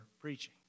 preaching